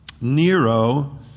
Nero